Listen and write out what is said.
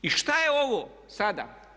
I šta je ovo sada?